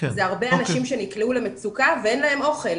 זה הרבה אנשים שנקלעו למצוקה ואין להם אוכל,